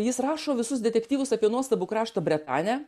jis rašo visus detektyvus apie nuostabų kraštą bretanę